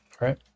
Right